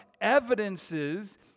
evidences